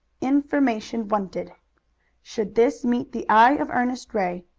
information wanted should this meet the eye of ernest ray,